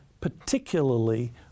particularly